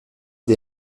des